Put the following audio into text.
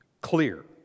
clear